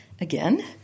Again